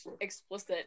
explicit